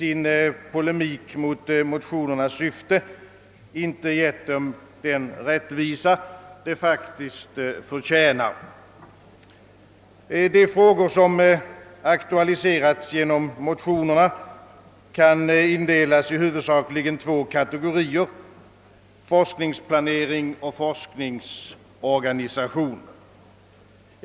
Herr talman! Som motionär känner jag mig förpliktad att något kommentera motionerna angående forskningspolitiken — speciellt som jag tycker mig finna att såväl fröken Olsson, i ett sensationellt kort anförande, som utskottsmajoriteten i sin polemik mot motionernas syfte inte gjort dem den rättvisa de förtjänar. De frågor, som aktualiserats genom motionerna, kan indelas i huvudsakligen två kategorier: forskningsplanering och forskningsorganisation.